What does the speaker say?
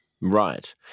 Right